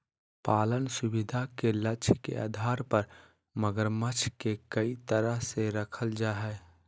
पालन सुविधा के लक्ष्य के आधार पर मगरमच्छ के कई तरह से रखल जा हइ